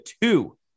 two